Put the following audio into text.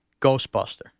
Ghostbuster